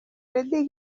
lady